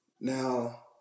Now